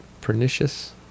pernicious